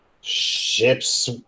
ships